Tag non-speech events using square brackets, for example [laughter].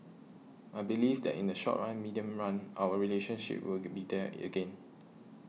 I believe that in the short run medium run our relationship will [noise] be there again